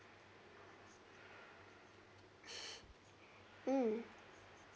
mm